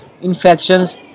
infections